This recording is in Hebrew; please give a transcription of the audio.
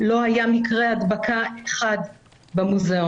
לא היה מקרה הדבקה אחד במוזיאון.